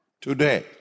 today